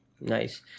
Nice